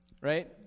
right